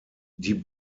die